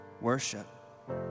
worship